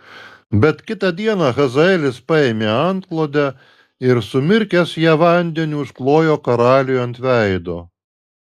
bet kitą dieną hazaelis paėmė antklodę ir sumirkęs ją vandeniu užklojo karaliui ant veido